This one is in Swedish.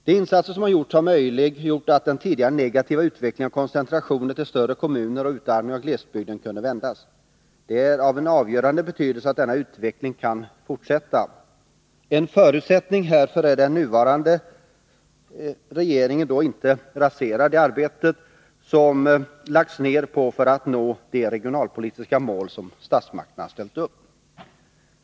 De insatser som har gjorts har inneburit att den tidigare negativa utvecklingen med koncentrationer till större kommuner och utarmning av glesbygden har kunnat vändas. Det är av avgörande betydelse att denna utveckling kan fortsätta. En förutsättning härför är att den nuvarande regeringen inte raserar det arbete som lagts ner för att nå de regionalpolitiska mål som statsmakterna ställt upp.